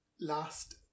last